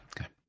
okay